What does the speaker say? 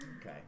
okay